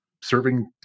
serving